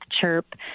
CHIRP